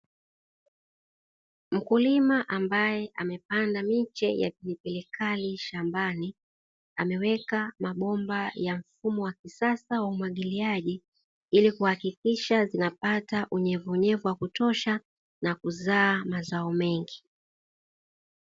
Mkulima ambaye amepanda miche ya pilipili kali shambani, ameweka mabomba ya mfumo wa kisasa wa umwagiliaji ili kuhakikisha zinapata unyevunyevu wa kutosha na kuzaa mazao mengi.